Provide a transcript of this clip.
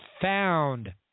found